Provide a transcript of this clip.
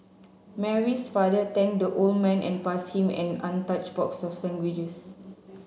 Mary's father thanked the old man and passed him an untouched box of sandwiches